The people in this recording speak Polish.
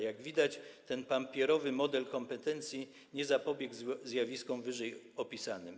Jak widać, ten papierowy model kompetencji nie zapobiegł zjawiskom wyżej opisanym.